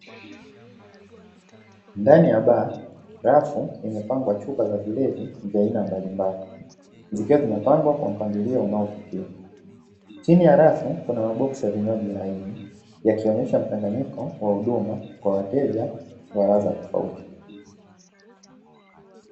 Ndani ya baa, rafu imepangwa chupa za vilevi za aina mbalimbali, zikiwa zimepangwa kwa mpangilio unaovutia, chini ya rafu kuna maboksi ya vinywaji laini, yakionyesha mchanganyiko wa huduma kwa wateja za ladha tofauti.